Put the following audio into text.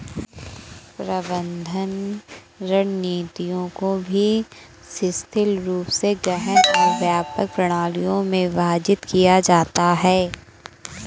प्रबंधन रणनीतियों को भी शिथिल रूप से गहन और व्यापक प्रणालियों में विभाजित किया जाता है